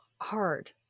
hard